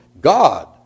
God